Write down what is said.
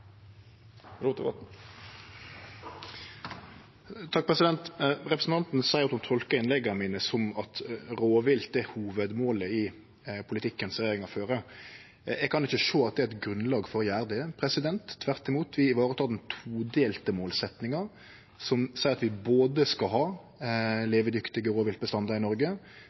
Representanten seier at ho tolkar innlegga mine som at rovvilt er hovudmålet i politikken regjeringa fører. Eg kan ikkje sjå at det er grunnlag for å gjere det, tvert imot tek vi i vare den todelte målsetjinga, som seier at vi både skal ha levedyktige rovviltbestandar i Noreg,